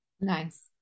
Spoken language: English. Nice